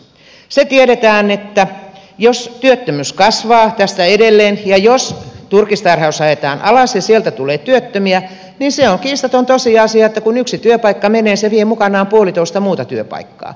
se tiedetään että jos työttömyys kasvaa tästä edelleen ja jos turkistarhaus ajetaan alas ja sieltä tulee työttömiä niin se on kiistaton tosiasia että kun yksi työpaikka menee se vie mukanaan puolitoista muuta työpaikkaa